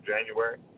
January